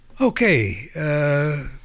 Okay